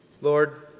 Lord